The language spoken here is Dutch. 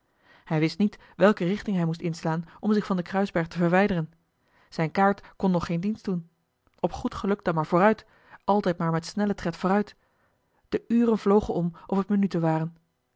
hij wist niet welke richting hij moest inslaan om zich van den kruisberg te verwijderen zijne kaart kon nog geen dienst doen op goed geluk dan maar vooruit altijd maar met snellen tred vooruit de uren vlogen om of het minuten waren